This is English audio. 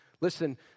Listen